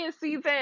season